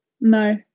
No